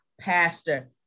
pastor